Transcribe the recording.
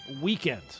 weekend